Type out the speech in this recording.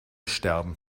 sterben